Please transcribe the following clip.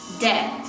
dead